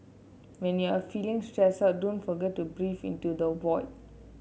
when you are feeling stressed out don't forget to breathe into the void